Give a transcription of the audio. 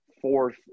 fourth